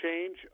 change